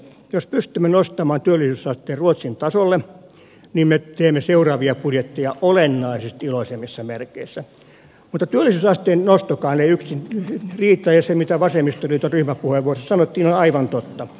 jos pystymme nostamaan työllisyysasteen ruotsin tasolle niin me teemme seuraavia budjetteja olennaisesti iloisemmissa merkeissä mutta työllisyysasteen nostokaan ei yksin riitä ja se mitä vasemmistoliiton ryhmäpuheenvuorossa sanottiin on aivan totta